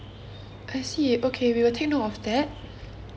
I see okay we'll take note of that